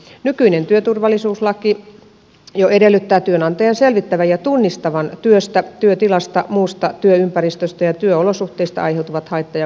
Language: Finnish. nykyinen työturvallisuuslaki jo edellyttää työnantajan selvittävän ja tunnistavan työstä työtilasta muusta työympäristöstä ja työolosuhteista aiheutuvat haitta ja vaaratekijät